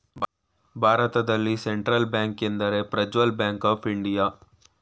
ಭಾರತದಲ್ಲಿ central bank ಎಂದರೆ Prajwal bank of India